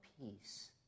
peace